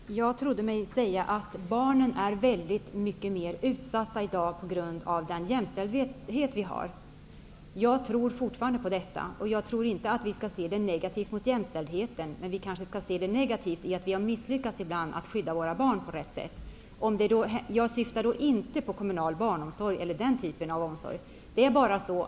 Herr talman! Jag trodde mig säga att barnen i dag är så mycket mer utsatta på grund av den jämställdhet vi har. Jag tror fortfarande att det är så. Vidare tror jag inte att vi skall betrakta det negativt i förhållande till jämställdheten. Men vi kanske skall betrakta det som negativt att vi ibland misslyckats med att skydda våra barn på rätt sätt. Jag syftar inte på den kommunala barnomsorgen eller på någon annan omsorg av den typen.